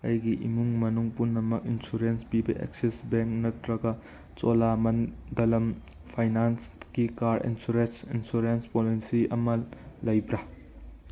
ꯑꯩꯒꯤ ꯏꯃꯨꯡ ꯃꯅꯨꯡ ꯄꯨꯝꯅꯃꯛ ꯏꯟꯁꯨꯔꯦꯟꯁ ꯄꯤꯕ ꯑꯦꯛꯁꯤꯁ ꯕꯦꯡ ꯅꯠꯇꯔꯒ ꯆꯣꯂꯥꯃꯟꯗꯂꯝ ꯐꯥꯏꯅꯥꯟꯁꯀꯤ ꯀꯥꯔ ꯏꯟꯁꯨꯔꯦꯟꯁ ꯏꯟꯁꯨꯔꯦꯟꯁ ꯄꯣꯂꯤꯁꯤ ꯑꯃꯒ ꯂꯩꯕ꯭ꯔ